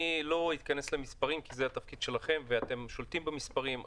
אני לא אכנס למספרים כי זה התפקיד שלכם ואתם שולטים במספרים.